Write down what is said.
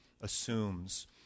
assumes